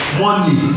money